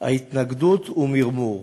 התנגדות ומרמור.